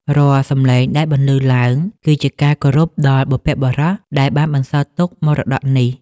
រាល់សំឡេងដែលបន្លឺឡើង គឺជាការគោរពដល់បុព្វបុរសដែលបានបន្សល់ទុកមរតកនេះ។